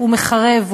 הוא מחרב,